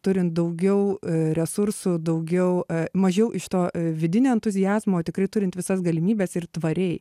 turint daugiau resursų daugiau mažiau iš to vidinio entuziazmo o tikrai turint visas galimybes ir tvariai